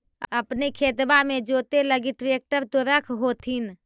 अपने खेतबा मे जोते लगी ट्रेक्टर तो रख होथिन?